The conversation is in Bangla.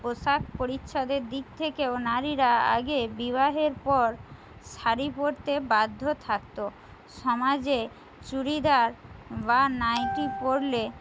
পোশাক পরিচ্ছদের দিক থেকেও নারীরা আগে বিবাহের পর শাড়ি পরতে বাধ্য থাকতো সমাজে চুড়িদার বা নাইটি পরলে